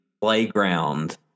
playground